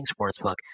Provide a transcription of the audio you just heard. Sportsbook